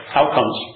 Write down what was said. outcomes